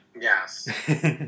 Yes